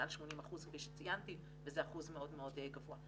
מעל 80% כפי שציינתי, וזה אחוז מאוד מאוד גבוה.